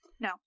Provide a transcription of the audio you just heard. No